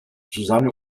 susanne